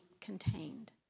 contained